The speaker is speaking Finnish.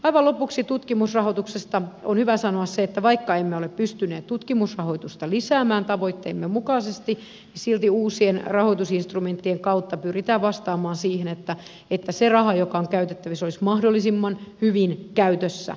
aivan lopuksi tutkimusrahoituksesta on hyvä sanoa se että vaikka emme ole pystyneet tutkimusrahoitusta lisäämään tavoitteemme mukaisesti niin silti uusien rahoitusinstrumenttien kautta pyritään vastaamaan siihen että se raha joka on käytettävissä olisi mahdollisimman hyvin käytössä